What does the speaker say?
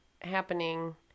happening